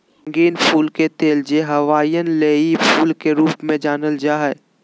रंगीन फूल के तेल, जे हवाईयन लेई फूल के रूप में भी जानल जा हइ